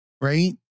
right